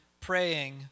praying